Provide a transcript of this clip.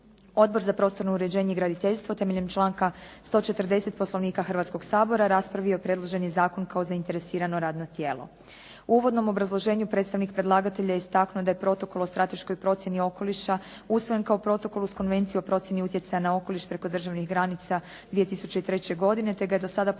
Odbor za prostorno uređenje i graditeljstvo temeljem članka 140. Poslovnika Hrvatskoga sabora raspravio je predloženi zakon kao zainteresirano radno tijelo. U uvodnom obrazloženju predstavnik predlagatelja istaknuo je da je Protokol o strateškoj procjeni okoliša usvojen kao Protokol uz Konvenciju o procjeni utjecaja na okoliš preko državnih granica 2003. godine te ga je do sada potpisalo